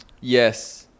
Yes